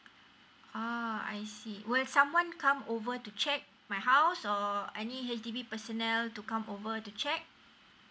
uh I see will someone come over to check my house or any H_D_B personnel to come over to check